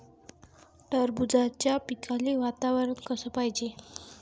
टरबूजाच्या पिकाले वातावरन कस पायजे?